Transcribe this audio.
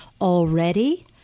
already